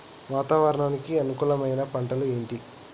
వాతావరణానికి అనుకూలమైన పంటలు ఏంటి?